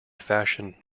fashion